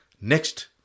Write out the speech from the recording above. Next